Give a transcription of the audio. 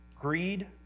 Greed